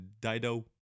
Dido